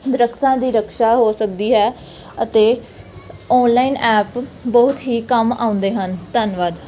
ਦਰੱਖਤਾਂ ਦੀ ਰਕਸ਼ਾ ਹੋ ਸਕਦੀ ਹੈ ਅਤੇ ਔਨਲਾਈਨ ਐਪ ਬਹੁਤ ਹੀ ਕੰਮ ਆਉਂਦੇ ਹਨ ਧੰਨਵਾਦ